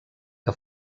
que